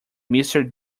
mister